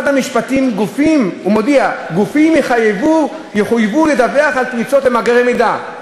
הוא מודיע: גופים יחויבו לדווח על פריצות למאגרי מידע.